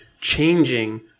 changing